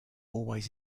always